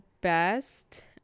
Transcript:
best